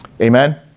Amen